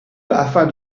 afin